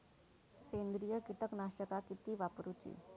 सेंद्रिय कीटकनाशका किती वापरूची?